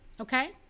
Okay